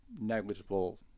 negligible